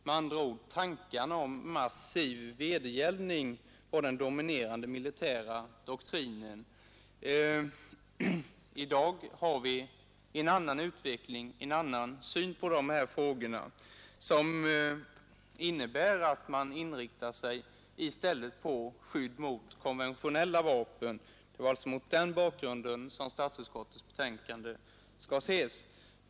Med andra ord, tanken om massiv vedergällning var den dominerande militära doktrinen. I dag har vi en annan syn på de här frågorna, som innebär att man i stället inriktar sig på skydd mot konventionella vapen. Det är alltså mot den bakgrunden som statsutskottets uttalande skall ses.